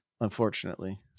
Unfortunately